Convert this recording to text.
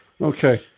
Okay